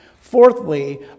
Fourthly